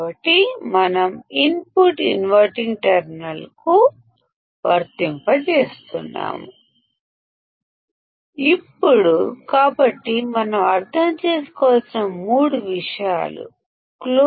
కాబట్టి మనం input inverting terminal కు వర్తింపజేస్తున్నాము కాబట్టిమనం మూడు విషయాలు అర్థం చేసుకోవాలి